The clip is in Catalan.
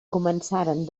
començaren